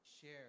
share